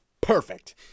perfect